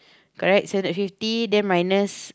correct six hundred fifty then minus